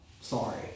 Sorry